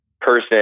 person